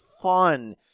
fun